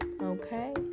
Okay